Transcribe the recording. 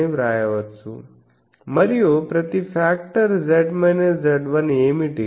అని వ్రాయవచ్చు మరియు ప్రతి ఫాక్టర్ ఏమిటి